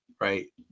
right